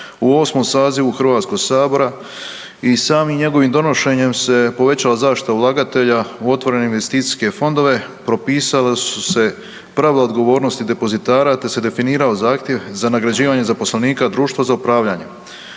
u 8. sazivu HS-a i samim njegovim donošenjem se povećala zaštita ulagatelja u otvorene investicijske fondove propisala su se pravila odgovornosti depozitara te se definirao zahtjev za nagrađivanje zaposlenika društva za upravljanje.